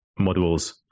Modules